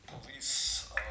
police